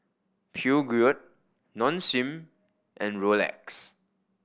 Peugeot Nong Shim and Rolex